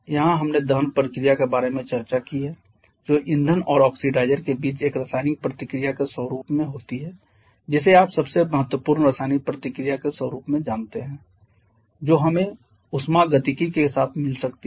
यहां हमने दहन प्रक्रिया के बारे में चर्चा की है जो ईंधन और ऑक्सीडाइज़र के बीच एक रासायनिक प्रतिक्रिया के स्वरुप में होती है जिसे आप सबसे महत्वपूर्ण रासायनिक प्रतिक्रिया के स्वरुपमे जानते हैं जो हमे ऊष्मागतिकी के साथ मिल सकती हैं